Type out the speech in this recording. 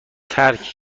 ترک